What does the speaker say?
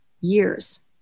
years